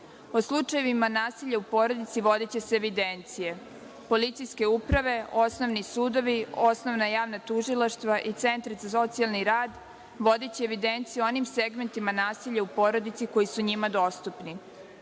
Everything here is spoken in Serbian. slučajevima nasilja u porodici vodiće se evidencije. Policijske uprave, osnovni sudovi, osnovna javna tužilaštva i centri za socijalni rad vodiće evidenciju o onim segmentima nasilja u porodici koji su njima dostupni.